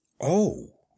Oh